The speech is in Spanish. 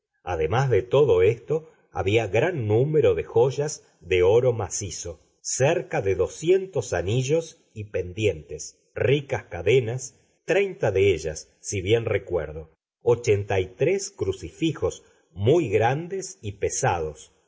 además de todo esto había gran número de joyas de oro macizo cerca de doscientos anillos y pendientes ricas cadenas treinta de ellas si bien recuerdo ochenta y tres crucifijos muy grandes y pesados